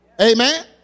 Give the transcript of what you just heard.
Amen